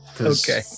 Okay